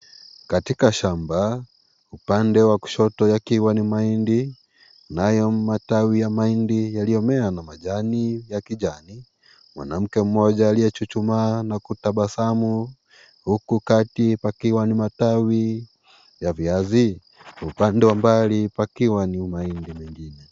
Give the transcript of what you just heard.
Katika shamba upande wa kushoto yakiwa ni mahindi nayo matawi ya mahindi yaliyomea na majani ya kijani. Mwanamke mmoja aliyechuchuma na kutabasamu huku kati pakiwa ni matawi ya viazi, upande wa mbali pakiwa ni mahindi.